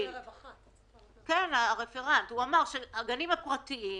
הוא אמר, ואני מצטטת: "הגנים הפרטיים